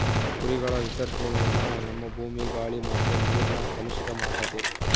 ಕುರಿಗಳ ವಿಸರ್ಜನೇನ ನಮ್ಮ ಭೂಮಿ, ಗಾಳಿ ಮತ್ತೆ ನೀರ್ನ ಕಲುಷಿತ ಮಾಡ್ತತೆ